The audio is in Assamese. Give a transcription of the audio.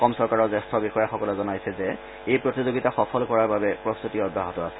অসম চৰকাৰৰ জ্যেষ্ঠ বিষয়াসকলে জনাইছে যে এই প্ৰতিযোগিতা সফল কৰাৰ বাবে সকলো প্ৰস্ততিৰ কাম অব্যাহত আছে